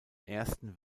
ersten